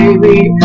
Baby